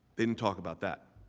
didn't talk about that.